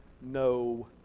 no